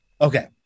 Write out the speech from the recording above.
Okay